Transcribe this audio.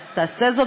אז תעשה זאת,